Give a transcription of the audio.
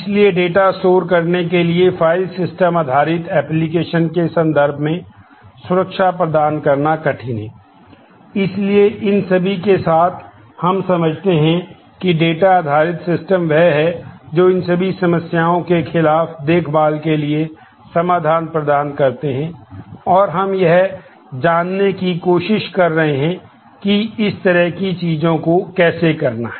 इसलिए डेटा आधारित सिस्टम वह है जो इन सभी समस्याओं के खिलाफ देखभाल करने के लिए समाधान प्रदान करते हैं और हम यह जानने की कोशिश कर रहे हैं कि इस तरह की चीजों को कैसे करना है